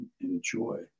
enjoy